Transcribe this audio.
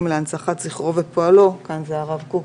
להנצחת זכרו ופועלו של הרב אברהם יצחק הכהן קוק".